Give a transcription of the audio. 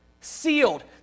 Sealed